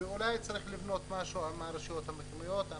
אולי צריך לבנות משהו עם הרשויות המקומיות.